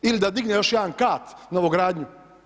Ili da digne još jedan kat novogradnju?